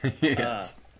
Yes